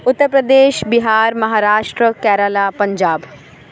Uttar Pradesh Bihar Maharashtra Kerala Punjab